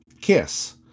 KISS